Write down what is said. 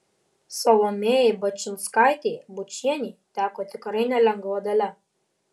salomėjai bačinskaitei bučienei teko tikrai nelengva dalia